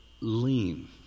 lean